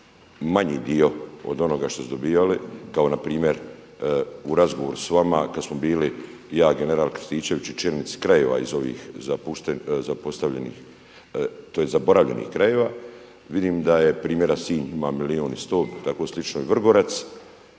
manji dio od onoga što su dobivali, kao npr. u razgovoru s vama kada smo bili ja i general Krstičević i čelnici krajeva iz ovih zapostavljenih, tj. zaboravljenih krajeva, vidim da je primjera Sinj ima milijun i sto, tako slično i Vrgorac.